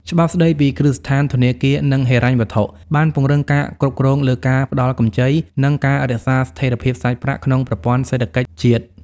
ច្បាប់ស្ដីពីគ្រឹះស្ថានធនាគារ និងហិរញ្ញវត្ថុ បានពង្រឹងការគ្រប់គ្រងលើការផ្ដល់កម្ចី និងការរក្សាស្ថិរភាពសាច់ប្រាក់ក្នុងប្រព័ន្ធសេដ្ឋកិច្ចជាតិ។